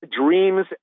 Dreams